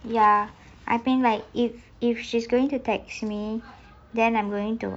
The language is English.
ya I think like if if she's going to text me then I'm going to